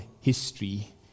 history